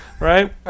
right